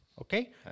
okay